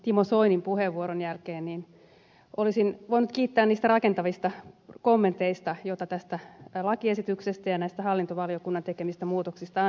timo soinin puheenvuoron jälkeen niin olisin voinut kiittää niistä rakentavista kommenteista joita tästä lakiesityksestä ja näistä hallintovaliokunnan tekemistä muutoksista annettiin